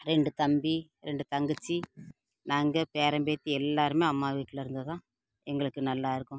ரெண்டு தம்பி ரெண்டு தங்கச்சி நாங்கள் பேரன் பேத்தி எல்லோருமே அம்மா வீட்டில் இருந்து தான் எங்களுக்கு நல்லாயிருக்கும்